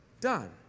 done